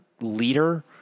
leader